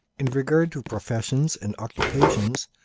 in regard to professions and occupations,